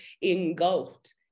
engulfed